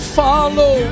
follow